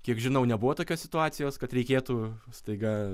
kiek žinau nebuvo tokios situacijos kad reikėtų staiga